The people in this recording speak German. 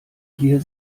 hier